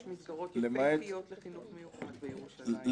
יש מוסדות יפיפיים לחינוך מיוחד בירושלים,